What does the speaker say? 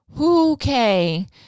Okay